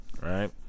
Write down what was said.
right